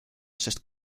sest